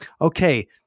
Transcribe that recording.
okay